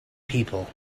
people